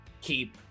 keep